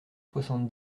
soixante